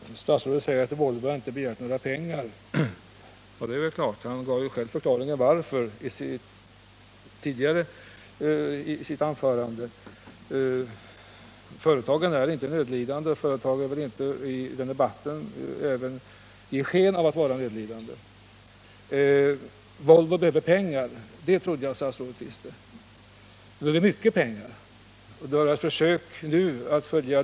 Herr talman! Statsrådet säger att Volvo inte har begärt några pengar, och han gav själv tidigare i sitt anförande förklaringen till varför Volvo inte gjort det. Företaget är inte nödlidande och vill inte heller i debatten ge sken av att vara det. Men att Volvo behöver pengar trodde jag att statsrådet visste, och Volvo behöver mycket pengar.